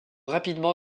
rapidement